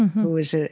who is ah